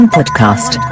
podcast